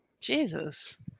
Jesus